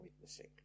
witnessing